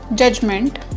Judgment